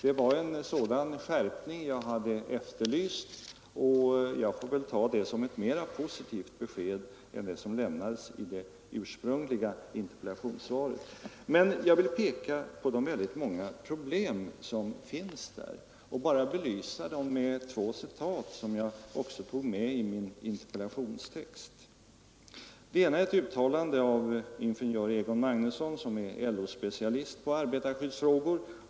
Det var just en sådan skärpning som jag efterlyste, och jag får väl ta detta senare uttalande som ett mera positivt besked än det som lämnades i det ursprungliga interpellationssvaret. Men jag vill peka på de många problem som finns där och belysa dem med två citat, som jag också tog med i min interpellationstext. Det första är ett uttalande av ingenjör Egon Magnusson, LO-specialist på arbetarskyddsfrågor.